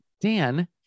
Dan